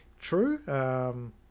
true